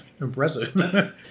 Impressive